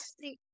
see